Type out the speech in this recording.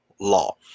law